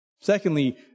Secondly